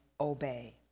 Obey